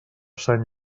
sant